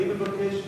אני מבקש,